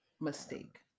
mistake